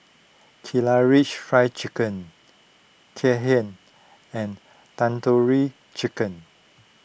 Karaage Fried Chicken Kheer and Tandoori Chicken